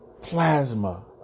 Plasma